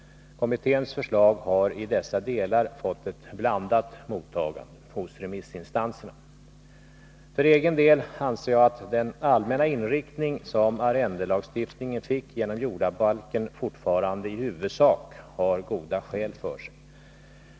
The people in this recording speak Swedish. Kommitténs förslag har i dessa delar fått ett blandat mottagande hos remissinstanserna. För egen del anser jag att den allmänna inriktning som arrendelagstiftningen fick genom jordabalken fortfarande i huvudsak har goda skäl för sig.